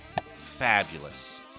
fabulous